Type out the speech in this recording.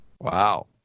Wow